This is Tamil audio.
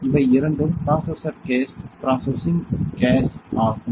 இவை இரண்டும் ப்ராசசர் கேஸ் பிராசசிங் கேஸ் ஆகும்